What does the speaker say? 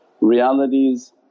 realities